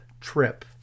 trip